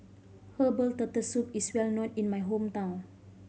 herbal Turtle Soup is well known in my hometown